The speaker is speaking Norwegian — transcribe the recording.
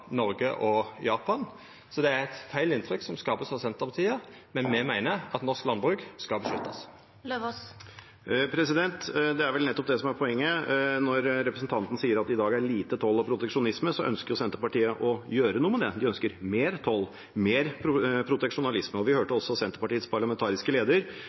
Noreg og Japan. Så det er eit feil inntrykk av Senterpartiet som vert skapt. men me meiner at norsk landbruk skal me behalda. Det er vel nettopp det som er poenget. Når representanten sier at det i dag er lite toll og proteksjonisme, ønsker Senterpartiet å gjøre noe med det. De ønsker mer toll, mer proteksjonisme. Vi hørte også Senterpartiets parlamentariske leder